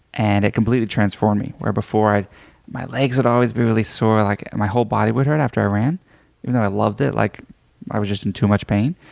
and it completely transformed me. where before, my legs would always be really sore, like my whole body would hurt after i ran even though i loved it, like i was just in too much pain.